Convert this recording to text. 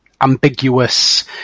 ambiguous